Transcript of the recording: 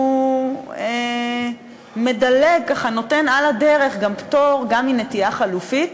הוא מדלג, נותן על הדרך גם פטור מנטיעה חלופית